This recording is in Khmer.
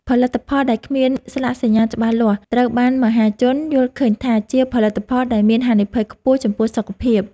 ផលិតផលដែលគ្មានស្លាកសញ្ញាច្បាស់លាស់ត្រូវបានមហាជនយល់ឃើញថា ជាផលិតផលដែលមានហានិភ័យខ្ពស់ចំពោះសុខភាព។